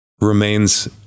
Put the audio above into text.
remains